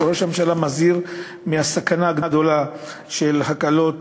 שבו ראש הממשלה מזהיר מהסכנה הגדולה של ההקלות